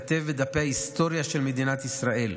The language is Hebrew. ייכתב בדפי ההיסטוריה של מדינת ישראל.